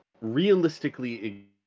realistically